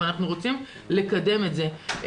אבל אנחנו רוצים לקדם את זה.